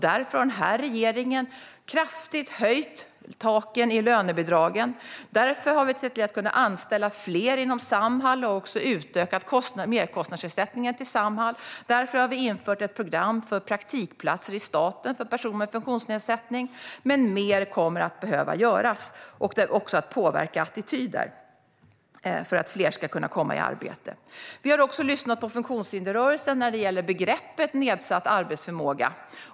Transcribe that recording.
Därför har den här regeringen kraftigt höjt taken i lönebidragen. Därför har vi sett till att Samhall kan anställa fler, och vi har utökat merkostnadsersättningen till Samhall. Därför har vi infört ett program för praktikplatser i staten för personer med funktionsnedsättning. Men mer kommer att behöva göras. Det handlar också om att påverka attityder för att fler ska kunna komma i arbete. Vi har också lyssnat på funktionshindersrörelsen när det gäller begreppet "nedsatt arbetsförmåga".